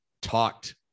talked